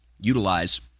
utilize